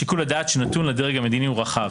שיקול הדעת שנתון לדרג המדיני הוא רחב,